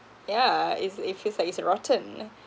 yeah it's it feels like it's rotten